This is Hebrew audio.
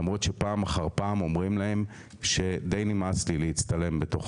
למרות שפעם אחר פעם אומרים להם שדי נמאס לי להצטלם בתוך